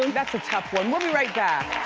that's a tough one. we'll be right back.